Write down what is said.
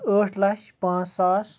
ٲٹھ لَچھ پانٛژھ ساس